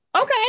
okay